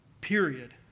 Period